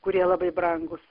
kurie labai brangūs